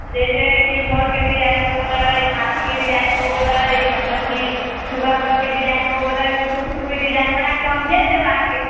जैसे हइ कि मोरके डिजाइन हो गेलै हाथीके डिजाइन हो गेलै मतलब कि सुग्गा उग्गाके डिजाइन हो गेलै किछो कइछोके डिजाइन बना कऽ हम भेज देब अहाँके